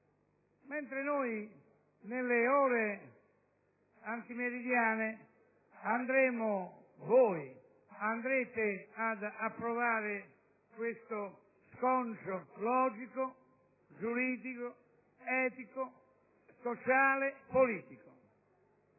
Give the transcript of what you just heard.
mentre nelle ore antimeridiane voi andrete ad approvare questo sconcio logico, giuridico, etico, sociale e politico.